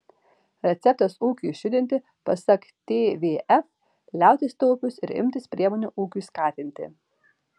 receptas ūkiui išjudinti pasak tvf liautis taupius ir imtis priemonių ūkiui skatinti